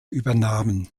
übernahmen